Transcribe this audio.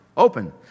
Open